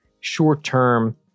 short-term